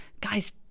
Guys